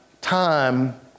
time